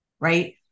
right